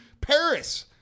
Paris